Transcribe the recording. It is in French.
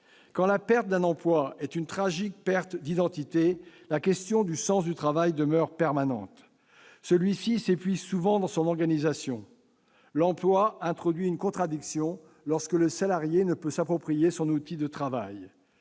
Quand la perte d'un emploi est une tragique perte d'identité, la question du sens du travail demeure permanente. Celui-ci s'épuise souvent dans son organisation. L'emploi introduit une contradiction lorsque le salarié ne peut s'approprier son outil de travail.